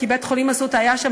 כי בית-החולים "אסותא" היה שם,